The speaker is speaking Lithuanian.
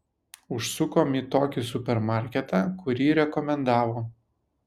užsukom į tokį supermarketą kurį rekomendavo